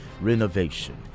renovation